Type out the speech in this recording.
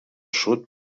sud